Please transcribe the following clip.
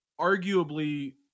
Arguably